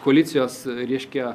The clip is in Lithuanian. koalicijos rieškia